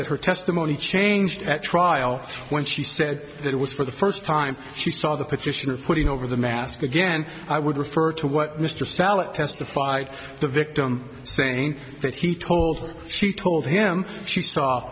that her testimony changed at trial when she said that it was for the first time she saw the petitioner putting over the mask again i would refer to what mr salat testified the victim saying that he told she told him she saw